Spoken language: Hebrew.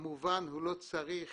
כמובן הוא לא צריך